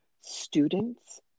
Students